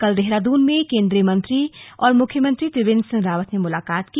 कल देहरादून में केंद्रीय मंत्री ने मुख्यमंत्री त्रिवेंद्र सिंह रावत से मुलाकात की